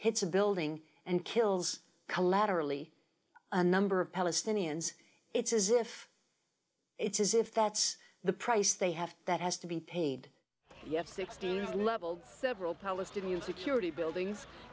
hits a building and kills collaterally a number of palestinians it's as if it's as if that's the price they have that has to be paid you have sixty several palestinian security buildings